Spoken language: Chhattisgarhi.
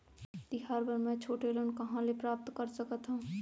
तिहार बर मै छोटे लोन कहाँ ले प्राप्त कर सकत हव?